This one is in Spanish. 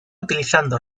utilizando